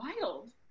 wild